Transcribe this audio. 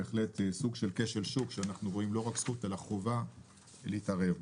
בהחלט סוג של כשל שוק שאנחנו רואים לא רק זכות אלא חובה להתערב בו.